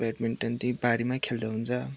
badminton त्यही बारीमै खेल्दा हुन्छ